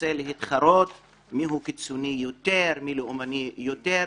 רוצה להתחרות מיהו קיצוני יותר, מי לאומני יותר,